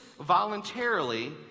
voluntarily